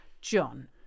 John